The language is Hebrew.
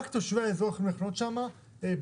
רק תושבי האזור יכולים לחנות שם במהלך